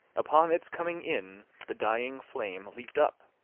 upon its coming in, the dying flame leaped up,